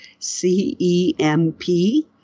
CEMP